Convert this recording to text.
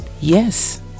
Yes